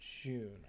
June